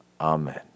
Amen